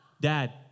Dad